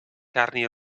carni